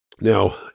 Now